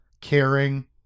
caring